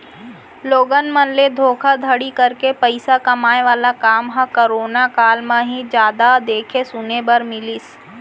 लोगन मन ले धोखाघड़ी करके पइसा कमाए वाला काम ह करोना काल म ही जादा देखे सुने बर मिलिस